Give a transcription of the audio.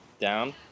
Down